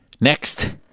Next